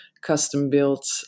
custom-built